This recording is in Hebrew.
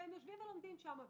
ולומדים שם.